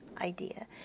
idea